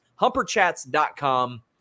humperchats.com